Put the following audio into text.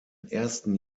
ersten